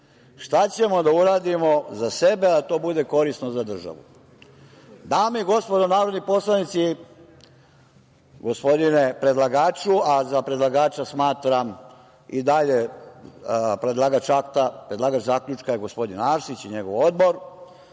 Šta ćemo da uradimo za sebe, a da to korisno za državu? Dame i gospodo narodni poslanici, gospodine predlagaču, a za predlagača smatram i dalje, predlagač akta, predlagač zaključka je gospodin Arsić i njegovo odbor,